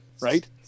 right